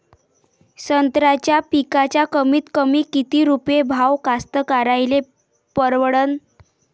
संत्र्याचा पिकाचा कमीतकमी किती रुपये भाव कास्तकाराइले परवडन?